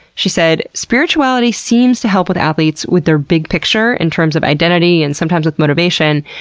she said, spirituality seems to help with athletes with their big picture in terms of identity and sometimes with motivation,